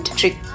trick